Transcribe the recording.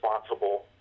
responsible